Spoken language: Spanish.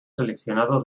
seleccionado